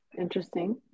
Interesting